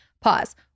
Pause